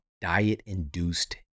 diet-induced